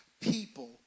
people